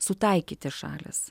sutaikyti šalis